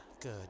good